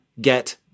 get